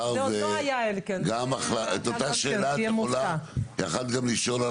מאחר שאת אותה שאלה יכולת גם לשאול על